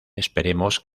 esperemos